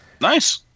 Nice